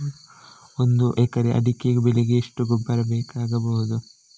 ಒಂದು ಎಕರೆ ಅಡಿಕೆ ಬೆಳೆಗೆ ಎಷ್ಟು ಗೊಬ್ಬರ ಬೇಕಾಗಬಹುದು?